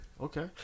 Okay